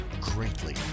greatly